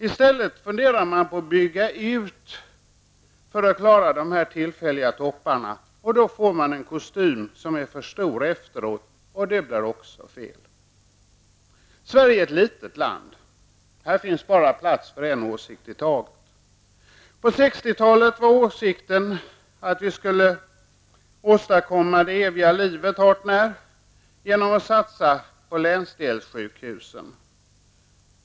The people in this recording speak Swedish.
Man funderar i stället på att bygga ut för att klara de tillfälliga topparna, och då får man en kostym som är för stor efteråt. Det blir också fel. Sverige är ett litet land -- det finns bara plats för en åsikt i taget. På 60-talet var åsikten den att vi skulle åstadkomma hart när det eviga livet genom att satsa på länsdelssjukhusen.